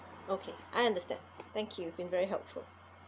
okay I understand thank you you've been very helpful